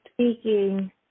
speaking